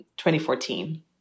2014